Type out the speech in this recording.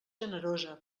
generosa